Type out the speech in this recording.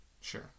Sure